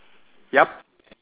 yup